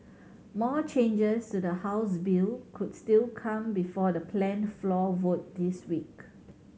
more changes to the House bill could still come before the planned floor vote this week